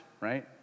right